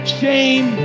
shame